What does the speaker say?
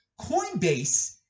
Coinbase